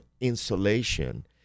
insulation